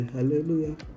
Hallelujah